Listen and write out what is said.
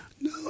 No